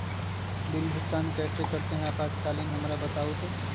Bill भुगतान कैसे करते हैं आपातकालीन हमरा बताओ तो?